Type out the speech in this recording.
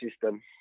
system